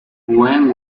when